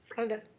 rhonda